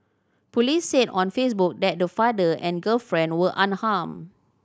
police said on Facebook that the father and girlfriend were unharmed